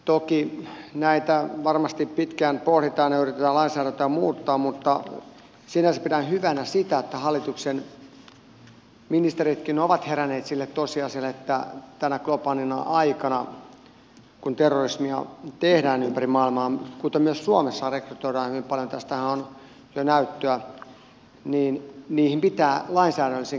toki näitä varmasti pitkään pohditaan ja yritetään lainsäädäntöä muuttaa mutta sinänsä pidän hyvänä sitä että hallituksen ministeritkin ovat heränneet sille tosiasialle että tänä globaalina aikana kun terrorismia tehdään ympäri maailmaa kuten myös suomessa rekrytoidaan hyvin paljon tästähän on jo näyttöä siihen pitää lainsäädännöllisin keinoin puuttua